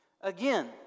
Again